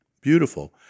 Beautiful